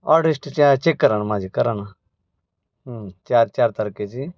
order history चे check करा ना माझी करा ना चार चार तारखेची